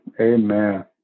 Amen